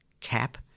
cap